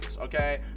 okay